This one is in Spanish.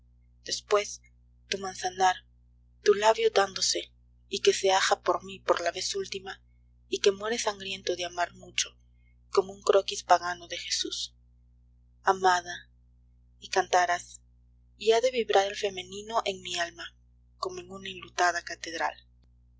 ingratitud después tu manzanar tu labio dándose y que se aja por mí por la vez última y que muere sangriento de amar mucho como un croquis pagano de jesús amada y cantarás y ha de vibrar el femenino en mi alma como en una enlutada catedral